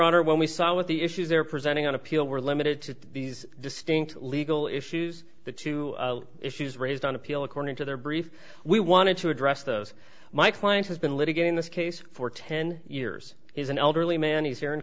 honor when we saw what the issues they're presenting on appeal were limited to these distinct legal issues the two issues raised on appeal according to their briefs we wanted to address those my client has been litigating this case for ten years he's an elderly man he's here in